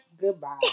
Goodbye